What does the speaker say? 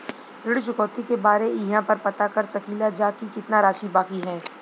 ऋण चुकौती के बारे इहाँ पर पता कर सकीला जा कि कितना राशि बाकी हैं?